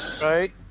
Right